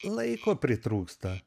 laiko pritrūksta